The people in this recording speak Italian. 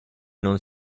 non